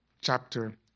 chapter